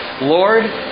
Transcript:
Lord